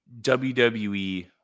WWE